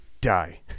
die